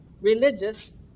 religious